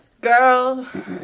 girl